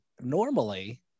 normally